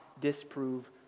disprove